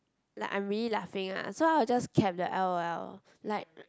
like I am really laughing lah so I will just cap the L_O_L like